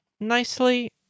nicely